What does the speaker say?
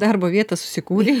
darbo vietą susikūrei